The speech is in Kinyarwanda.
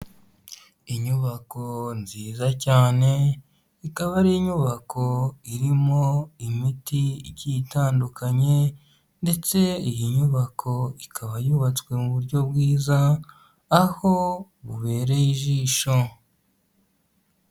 Inyubako nziza cyane ikaba ari inyubako irimo imiti igiye itandukanye ndetse iyi nyubako ikaba yubatswe muburyo bwiza aho bubereye ijisho.